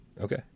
okay